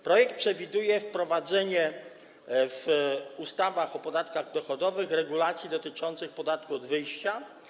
Projekt przewiduje wprowadzenie w ustawach o podatkach dochodowych regulacji dotyczących podatku od wyjścia.